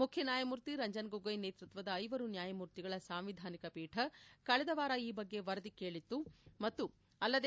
ಮುಖ್ಯ ನ್ಯಾಯಮೂರ್ತಿ ರಂಜನ್ ಗೊಗೊಯ್ ನೇತೃತ್ವದ ಐವರು ನ್ಯಾಯಮೂರ್ತಿಗಳ ಸಾಂವಿಧಾನಿಕ ಪೀಠ ಕಳೆದ ವಾರ ಈ ಬಗ್ಗೆ ವರದಿ ಕೇಳಿತ್ತು ಮತ್ತು ಅಲ್ಲದೆ